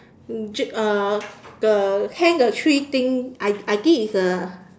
j~ uh the hang a tree thing I I think it's a